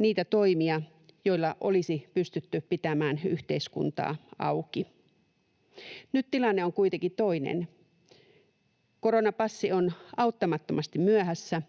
niitä toimia, joilla olisi pystytty pitämään yhteiskuntaa auki. Nyt tilanne on kuitenkin toinen. Koronapassi on auttamattomasti myöhässä,